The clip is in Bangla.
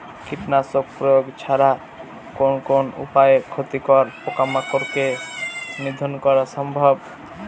কীটনাশক প্রয়োগ ছাড়া কোন কোন উপায়ে ক্ষতিকর পোকামাকড় কে নিধন করা সম্ভব?